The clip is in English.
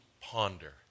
ponder